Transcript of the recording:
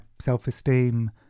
self-esteem